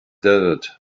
desert